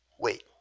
wait